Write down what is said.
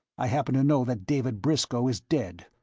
i happen to know that david briscoe is dead.